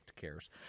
cares